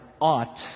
ought